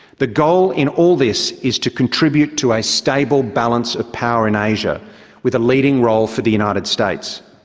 the goal in all this is to contribute to a stable balance of power in asia with a leading role for the united states.